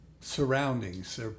surroundings